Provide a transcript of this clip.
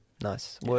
nice